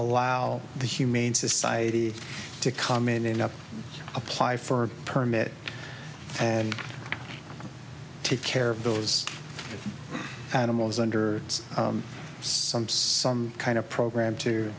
allow the humane society to come in and not apply for a permit and take care of those animals under some some kind of program to